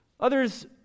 Others